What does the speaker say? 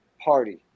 party